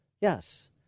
Yes